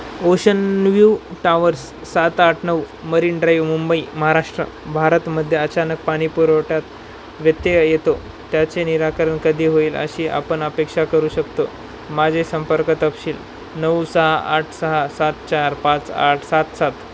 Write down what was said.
ocean View Towers सात आठ नऊ मरीन ड्राइव मुंबई महाराष्ट्र भारतमध्ये अचानक पाणी पुरवठ्यात व्यत्यय येतो त्याचे निराकरण कधी होईल अशी आपण अपेक्षा करू शकतो माझे संपर्क तपशील नऊ सहा आठ सहा सात चार पाच आठ सात सात